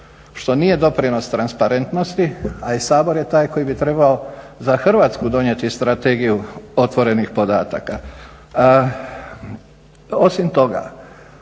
što nije doprinos transparentnosti, a i Sabor je taj koji bi trebao za Hrvatsku donijeti strategiju otvorenih podataka. Osim toga